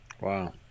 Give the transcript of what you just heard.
Wow